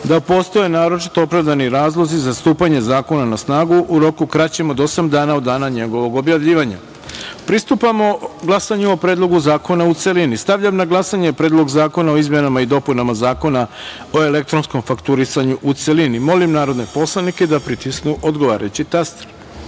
da postoje naročito opravdani razlozi za stupanje zakona na snagu u roku kraćem od osam dana od dana njegovog objavljivanja. Pristupamo glasanju o Predlogu zakona u celini. Stavljam na glasanje Predlog zakona o izmenama i dopunama Zakona o elektronskom fakturisanju, u celini. Molim poslanike da pritisnu odgovarajući